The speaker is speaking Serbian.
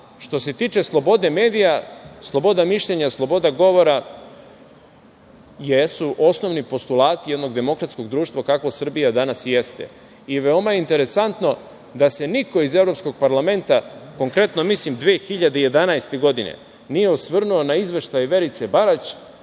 što se tiče slobode medija, slobode mišljenja, slobode govore jesu osnovni postulati jednog demokratskog društva, kakva Srbija danas i jeste. Veoma je interesantno da se niko iz Evropskog parlamenta, konkretno mislim 2011. godine nije osvrnuo na izveštaj Verice Barać